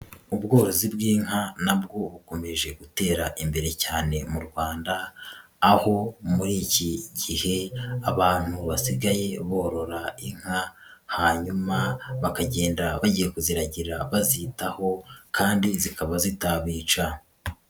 Ubworozi bw'inka na bwo bukomeje gutera imbere cyane mu Rwanda, aho muri iki gihe, abantu basigaye borora inka, hanyuma bakagenda bagiye kuziragira bazitaho kandi zikaba zitabica.